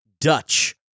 Dutch